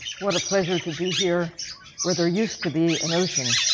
what a pleasure to be here where there used to be an ocean.